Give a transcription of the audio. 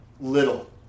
little